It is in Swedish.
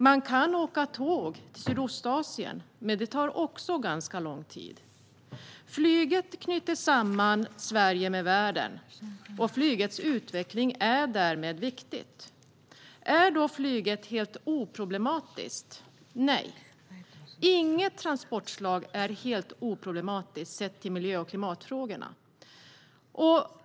Man kan åka tåg till Sydostasien, men det tar också ganska lång tid. Flyget knyter samman Sverige med världen. Flygets utveckling är därmed viktig. Är då flyget helt oproblematiskt? Nej, inget transportslag är oproblematiskt sett till miljö och klimatfrågorna.